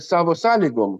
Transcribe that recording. savo sąlygom